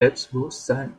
selbstbewusstsein